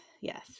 yes